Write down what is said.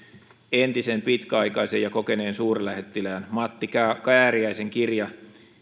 pitkäaikaisen ja kokeneen entisen suurlähettilään matti kääriäisen kirja